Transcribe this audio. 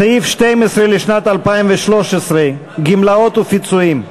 סעיף 12, לשנת 2013, גמלאות ופיצויים.